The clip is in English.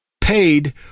paid